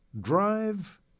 drive